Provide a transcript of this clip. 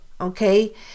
okay